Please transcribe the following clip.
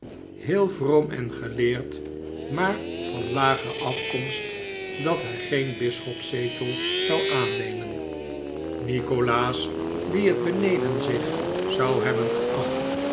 heel vroom en geleerd maar van een lage afkomst dat hij geen bisschopszetel zou aannemen nikolaas die het beneden zich zou hebben geacht